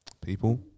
people